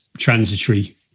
transitory